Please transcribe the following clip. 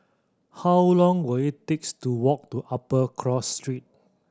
how long will it takes to walk to Upper Cross Street